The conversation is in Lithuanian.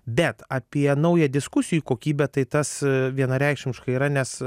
bet apie naują diskusijų kokybę tai tas vienareikšmiškai yra nes